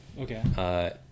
Okay